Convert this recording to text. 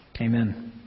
Amen